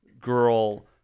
girl